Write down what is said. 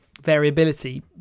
variability